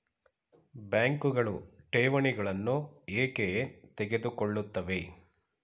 ಬ್ಯಾಂಕುಗಳು ಠೇವಣಿಗಳನ್ನು ಏಕೆ ತೆಗೆದುಕೊಳ್ಳುತ್ತವೆ?